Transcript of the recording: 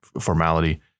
formality